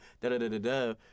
da-da-da-da-da